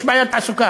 יש בעיית תעסוקה.